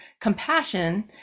compassion